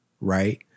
right